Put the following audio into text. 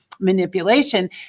manipulation